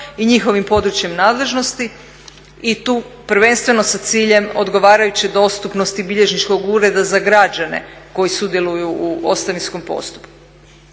i njihovim područjem nadležnosti i tu prvenstveno sa ciljem odgovarajuće dostupnosti bilježničkog ureda za građane koji sudjeluju u ostavinskom postupku.